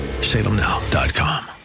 Salemnow.com